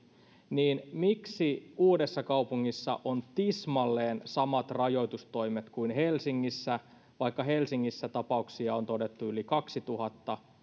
niin miksi uudessakaupungissa on tismalleen samat rajoitustoimet kuin helsingissä vaikka helsingissä tapauksia on todettu yli kaksituhatta